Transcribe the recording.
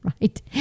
right